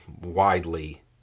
widely